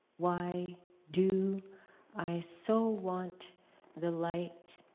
why do i so want the light